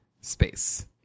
space